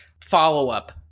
follow-up